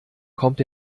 kommt